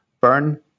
burn